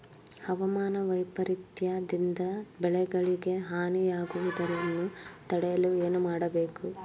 ಹವಾಮಾನ ವೈಪರಿತ್ಯ ದಿಂದ ಬೆಳೆಗಳಿಗೆ ಹಾನಿ ಯಾಗುವುದನ್ನು ತಡೆಯಲು ಏನು ಮಾಡಬೇಕು?